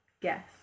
guess